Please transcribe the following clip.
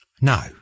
No